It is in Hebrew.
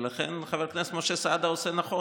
ולכן חבר הכנסת משה סעדה עושה נכון